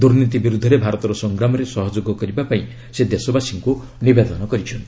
ଦୁର୍ନୀତି ବିରୁଦ୍ଧରେ ଭାରତର ସଂଗ୍ରାମରେ ସହଯୋଗ କରିବାକୁ ସେ ଦେଶବାସୀଙ୍କୁ ନିବେଦନ କରିଛନ୍ତି